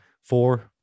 Four